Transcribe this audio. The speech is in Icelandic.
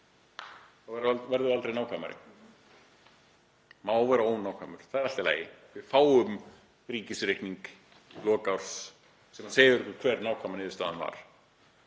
þá verðum við aldrei nákvæmari. Það má vera ónákvæmur. Það er allt í lagi. Við fáum ríkisreikning í lok árs sem segir okkur hver nákvæma niðurstaðan var